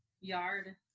yard